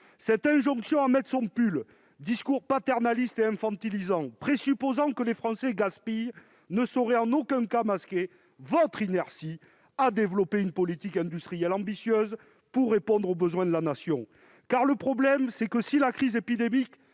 Cette injonction à « mettre son pull », discours paternaliste et infantilisant, présupposant que les Français gaspillent, ne saurait en aucun cas masquer votre inertie à développer une politique industrielle ambitieuse pour répondre aux besoins de la Nation. Si la crise épidémique